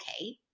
okay